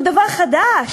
הוא דבר חדש.